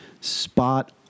spot